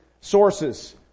sources